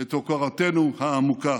את הוקרתנו העמוקה.